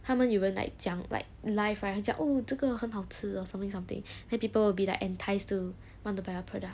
他们有的 like 讲 like live right 他讲 oh 这个很好吃 or something something then people will be like enticed to want to buy our product